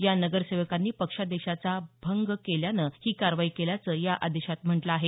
या नगरसेवकांनी पक्षादेशाचा भंग केल्यानं ही कारवाई केल्याचं या आदेशात म्हटलं आहे